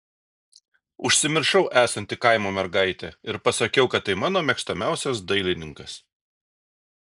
užsimiršau esanti kaimo mergaitė ir pasakiau kad tai mano mėgstamiausias dailininkas